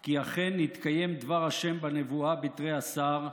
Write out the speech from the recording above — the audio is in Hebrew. כי אכן התקיים דבר השם בנבואה בתרי עשר,